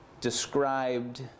described